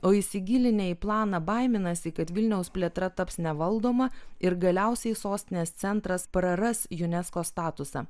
o įsigilinę į planą baiminasi kad vilniaus plėtra taps nevaldoma ir galiausiai sostinės centras praras unesco statusą